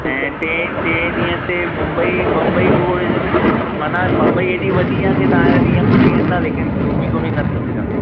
ऐं टे टे ॾींहं ते बुबई बम्बई टूरिज़म माना बम्बई हेॾी वॾी आहे की तव्हां जा ॾींहं खुटी वेंदा लेकिन घुमी घुमी न थकजंदो